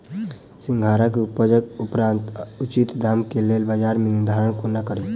सिंघाड़ा केँ उपजक उपरांत उचित दाम केँ लेल बजार केँ निर्धारण कोना कड़ी?